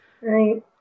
Right